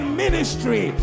ministry